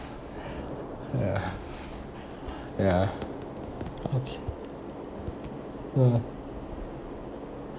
ya ya okay uh